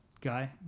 guy